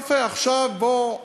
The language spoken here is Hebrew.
עכשיו בוא,